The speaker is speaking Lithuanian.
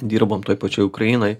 dirbom toj pačioj ukrainoj